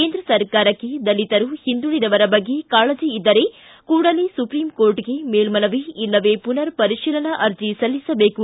ಕೇಂದ್ರ ಸರ್ಕಾರಕ್ಕೆ ದಲಿತರು ಹಿಂದುಳಿದವರ ಬಗ್ಗೆ ಕಾಳಜಿ ಇದ್ದರೆ ಕೂಡಲೇ ಸುಪ್ರೀಂ ಕೋರ್ಟ್ಗೆ ಮೇಲ್ಸನವಿ ಇಲ್ಲವೇ ಪುನರ್ ಪರಿಶೀಲನಾ ಅರ್ಜಿ ಸಲ್ಲಿಸಬೇಕು